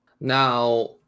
Now